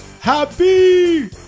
happy